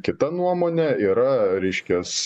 kita nuomonė yra reiškias